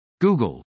google